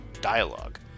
dialogue